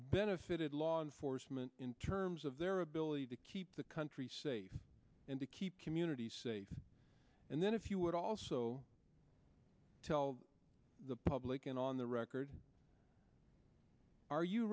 benefited law enforcement in terms of their ability to keep the country safe and to keep communities safe and then if you would also tell the public and on the record ar